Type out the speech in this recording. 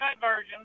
version